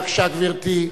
בבקשה, גברתי.